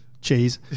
cheese